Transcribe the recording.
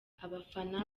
abafana